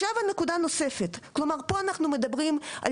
פה אנחנו מדברים על